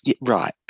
right